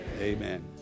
Amen